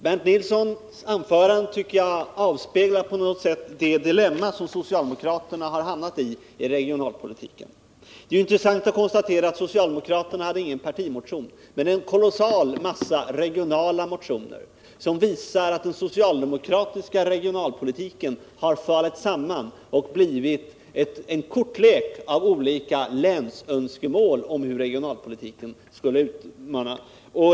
Bernt Nilssons anförande tycker jag på något sätt avspeglar det dilemma som socialdemokraterna har hamnat i i regionalpolitiken. Det är intressant att konstatera att socialdemokraterna i detta ärende inte har någon partimotion men en kolossal massa regionala motioner som visar att den socialdemokratiska regionalpolitiken har fallit samman och blivit en kortlek av olika länsönskemål om hur regionalpolitiken skall utformas.